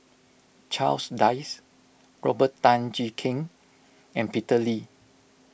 Charles Dyce Robert Tan Jee Keng and Peter Lee